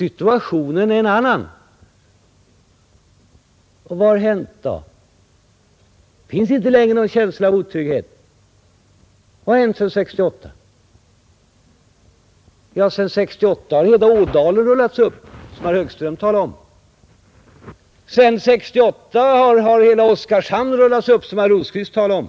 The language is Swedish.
Vad har då hänt sedan 1968? Finns det inte längre någon känsla av otrygghet? Sedan dess har ju situationen i hela Ådalen rullats upp, som herr Högström talade om. Sedan 1968 har hela Oskarshamnssituationen rullats upp, som herr Rosqvist talade om.